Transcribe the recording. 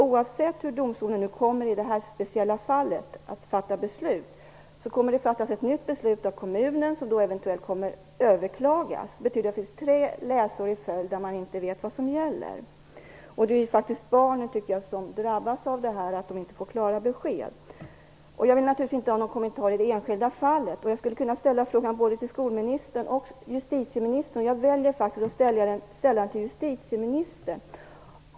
Oavsett hur domstolen nu kommer att fatta beslut i det här speciella fallet, kommer det att fattas ett nytt beslut av kommunen som kommer att överklagas. Det betyder att det finns tre läsår i följd där man inte vet vad som gäller. Det är barnet som drabbas av att det inte finns klara besked. Jag vill naturligtvis inte ha någon kommentar i det enskilda fallet. Jag skulle kunna ställa frågan till både skolministern och justitieministern. Jag väljer att ställa den till justitieministern.